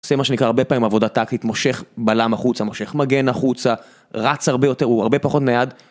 עושה מה שנקרא הרבה פעמים עבודת טקטית, מושך בלם החוצה, מושך מגן החוצה, רץ הרבה יותר, הוא הרבה פחות נייד.